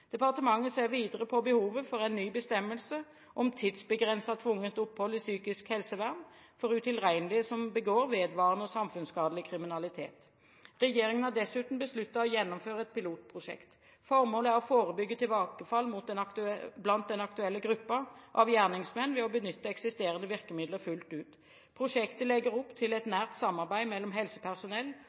Departementet ser videre på behovet for en ny bestemmelse om tidsbegrenset tvungent opphold i psykisk helsevern for utilregnelige som begår vedvarende og samfunnsskadelig kriminalitet. Regjeringen har dessuten besluttet å gjennomføre et pilotprosjekt. Formålet er å forebygge tilbakefall i den aktuelle gruppen av gjerningsmenn ved å benytte eksisterende virkemidler fullt ut. Prosjektet legger opp til et nært samarbeid mellom helsepersonell